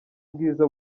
bwiza